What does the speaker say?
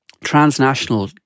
transnational